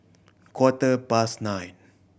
quarter past nine